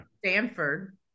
Stanford